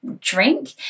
drink